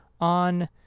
on